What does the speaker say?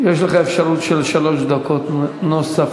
יש לך אפשרות של שלוש דקות נוספות,